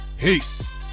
Peace